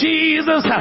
Jesus